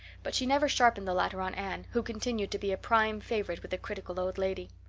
but she never sharpened the latter on anne, who continued to be a prime favorite with the critical old lady.